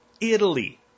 Italy